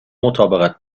مطابقت